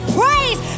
praise